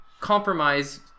compromise –